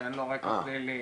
שאין לו רקע פלילי,